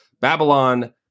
Babylon